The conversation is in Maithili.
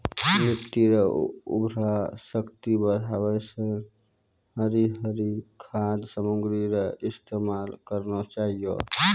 मिट्टी रो उर्वरा शक्ति बढ़ाएं रो हरी भरी खाद सामग्री रो इस्तेमाल करना चाहियो